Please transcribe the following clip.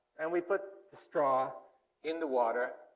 and we put the straw in the water,